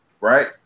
right